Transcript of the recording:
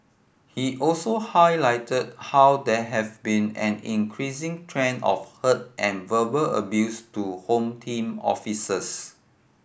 he also highlighted how there have been an increasing trend of hurt and verbal abuse to Home Team officers